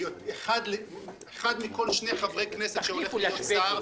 אחד מכול שני חברי כנסת הולך להיות שר,